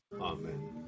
amen